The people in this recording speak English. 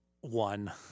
one